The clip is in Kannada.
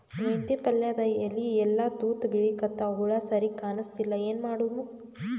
ಮೆಂತೆ ಪಲ್ಯಾದ ಎಲಿ ಎಲ್ಲಾ ತೂತ ಬಿಳಿಕತ್ತಾವ, ಹುಳ ಸರಿಗ ಕಾಣಸ್ತಿಲ್ಲ, ಏನ ಮಾಡಮು?